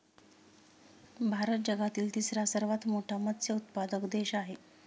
भारत जगातील तिसरा सर्वात मोठा मत्स्य उत्पादक देश आहे